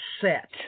set